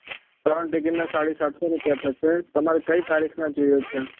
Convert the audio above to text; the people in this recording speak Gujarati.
ત્રણ ટિકિટના સાડીસાતસો રૂપિયા થશે તમારે કઈ તારીખના જોઈએ છે